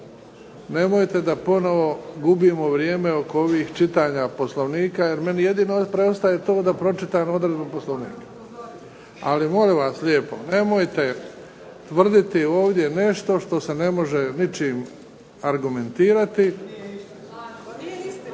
Nemojte da ponovo gubimo vrijeme oko ovih čitanja Poslovnika, jer meni jedino preostaje to da pročitam odredbu Poslovnika. Ali molim vas lijepo, nemojte tvrditi nešto što se ne može ničim argumentirati.